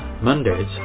Mondays